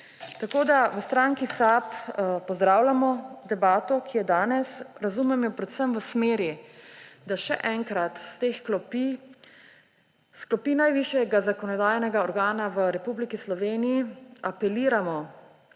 Tako v stranki SAB pozdravljamo debato, ki je danes. Razumem jo predvsem v smeri, da še enkrat iz teh klopi, iz klopi najvišjega zakonodajnega organa v Republiki Sloveniji apeliramo